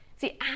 See